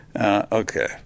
okay